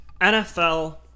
NFL